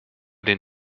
den